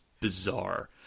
bizarre